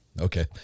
Okay